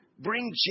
Bring